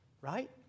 Right